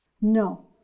No